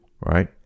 right